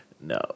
no